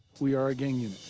we are a gang